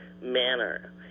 manner